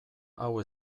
hau